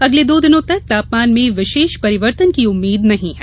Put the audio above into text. अगले दो दिनों तक तापमान में विशेष परिवर्तन की उम्मीद नहीं है